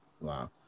Wow